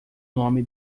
nome